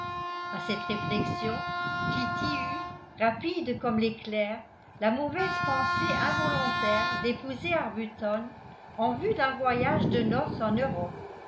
a cette réflexion kitty eut rapide comme l'éclair la mauvaise pensée involontaire d'épouser arbuton en vue d'un voyage de noces en europe